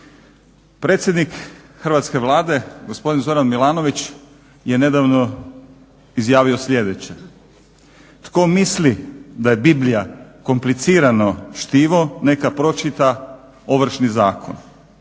Predsjednik hrvatske Vlade gospodin Zoran Milanović je nedavno izjavio sljedeće: tko misli da je Biblija komplicirano štivo neka pročita Ovršni zakon,